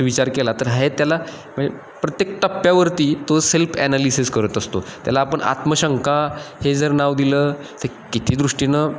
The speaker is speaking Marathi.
विचार केला तर हे त्याला म्हणजे प्रत्येक टप्प्यावरती तो सेल्फ ॲनालिसिस करत असतो त्याला आपण आत्मशंका हे जर नाव दिलं ते किती दृष्टीनं